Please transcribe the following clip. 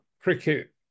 cricket